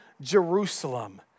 Jerusalem